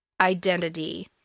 identity